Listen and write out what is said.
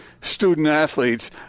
student-athletes